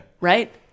Right